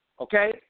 Okay